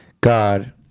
God